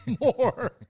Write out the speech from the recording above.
more